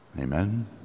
Amen